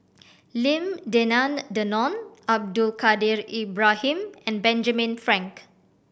Lim Denan Denon Abdul Kadir Ibrahim and Benjamin Frank